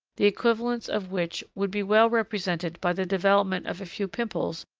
the equivalents of which would be well represented by the development of a few pimples,